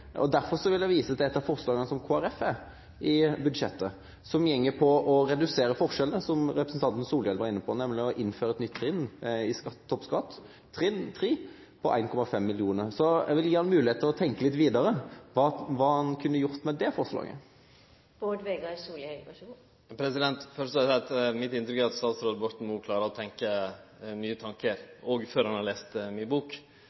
Derfor vil jeg vise til et av forslagene som Kristelig Folkeparti har i budsjettet, som går på å redusere forskjellene, som representanten Solhjell var inne på, nemlig å innføre et nytt trinn i toppskatten, trinn 3, på 1,5 mill. kr. Jeg vil gi ham mulighet til å tenke litt videre på hva han kunne gjort med det forslaget. Først vil eg seie at mitt inntrykk er at statsråd Borten Moe klarer å tenkje nye tankar, òg før han har lese ei ny bok.